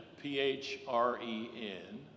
P-H-R-E-N